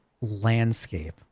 landscape